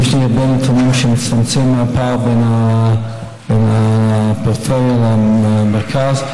יש לי הרבה נתונים שמצטמצם הפער בין הפריפריה למרכז.